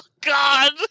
god